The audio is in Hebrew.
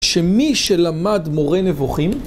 שמי שלמד מורה נבוכים